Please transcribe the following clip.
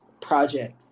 project